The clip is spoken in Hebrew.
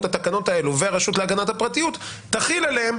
התקנות האלו והרשות להגנת הפרטיות תחיל עליהם,